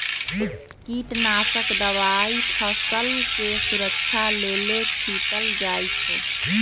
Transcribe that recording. कीटनाशक दवाई फसलके सुरक्षा लेल छीटल जाइ छै